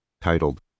titled